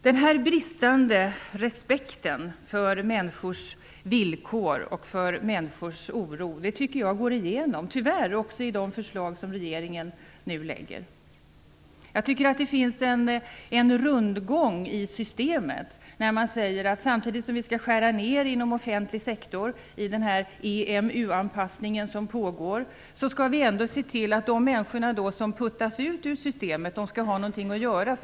Denna bristande respekt för människors villkor och för människors oro tycker jag tyvärr också går igenom i de förslag som regeringen nu lägger fram. Jag tycker att det finns en rundgång i systemet när man säger att vi, samtidigt som vi skall skära ned inom offentlig sektor i den EMU-anpassning som pågår, ändå skall se till att de människor som puttas ut ur systemet skall ha någonting att göra.